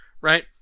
right